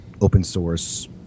open-source